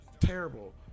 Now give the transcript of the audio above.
terrible